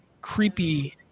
creepy